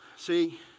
See